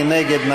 מי נגד?